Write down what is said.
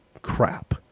crap